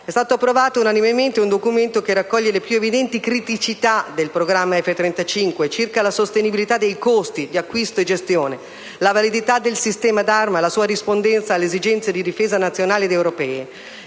È stato approvato unanimemente un documento che raccoglie le più evidenti criticità del programma F-35, circa la sostenibilità dei costi (di acquisto e di gestione), la validità del sistema d'arma e la sua rispondenza alle esigenze di difesa nazionali ed europee,